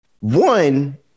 one